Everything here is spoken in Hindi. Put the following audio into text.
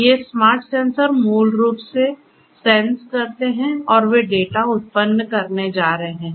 ये स्मार्ट सेंसर मूल रूप से सेंस करते हैं और वे डेटा उत्पन्न करने जा रहे हैं